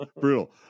brutal